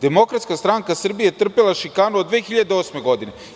Demokratska stranka Srbije je trpela šikanu od 2008. godine.